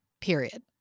period